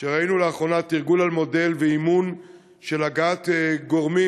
שראינו לאחרונה תרגול על מודל ואימון של הגעת גורמים